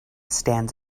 stands